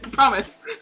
Promise